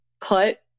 put